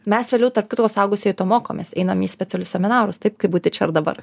mes vėliau tarp kitko suaugusieji to mokomės einam į specialius seminarus taip kaip būti čia ir dabar